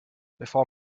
bevor